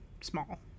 small